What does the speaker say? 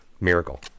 miracle